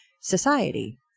society